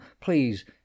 please